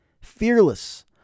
fearless